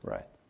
Right